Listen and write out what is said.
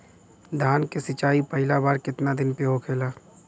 धान के सिचाई पहिला बार कितना दिन पे होखेला?